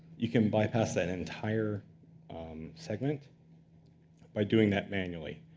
you can bypass that entire segment by doing that manually.